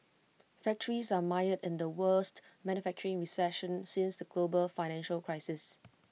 factories are mired in the worst manufacturing recession since the global financial crisis